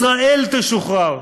ישראל תשוחרר.